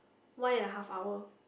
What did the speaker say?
one and a half hour